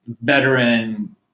veteran